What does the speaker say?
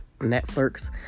Netflix